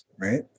Right